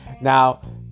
Now